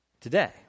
today